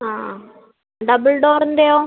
ആ ഡബിൾ ഡോറിൻ്റെയോ